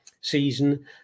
season